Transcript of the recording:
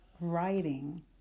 writing